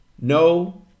No